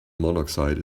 monoxide